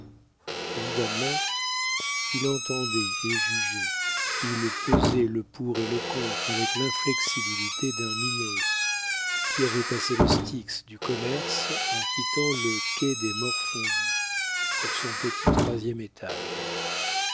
évidemment il entendait et jugeait il pesait le pour et le contre avec l'inflexibilité d'un minos qui avait passé le styx du commerce en quittant le quai des morfondus pour son petit troisième étage